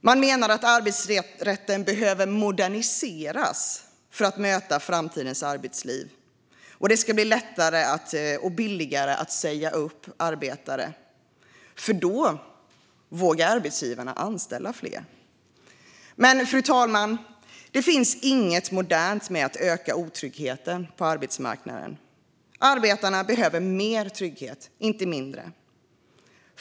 Man menar att arbetsrätten behöver moderniseras för att möta framtidens arbetsliv, och det ska bli lättare och billigare att säga upp arbetare. Då vågar arbetsgivarna anställa fler. Fru talman! Det finns inget modernt med att öka otryggheten på arbetsmarknaden. Arbetarna behöver mer trygghet, inte mindre.